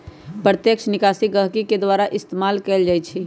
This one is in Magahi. प्रत्यक्ष निकासी गहकी के द्वारा इस्तेमाल कएल जाई छई